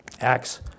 Acts